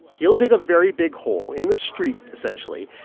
he'll dig a very big hole in the street, essentially,